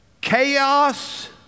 chaos